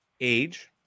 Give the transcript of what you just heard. age